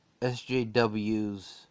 SJWs